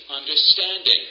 understanding